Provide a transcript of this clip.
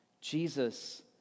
Jesus